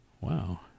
Wow